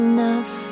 Enough